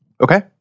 Okay